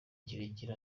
kirekire